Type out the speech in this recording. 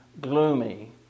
gloomy